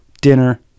dinner